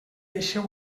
deixeu